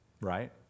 Right